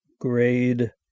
grade